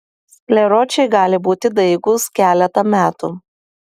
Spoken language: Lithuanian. skleročiai gali būti daigūs keletą metų